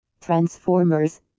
transformers